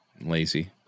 lazy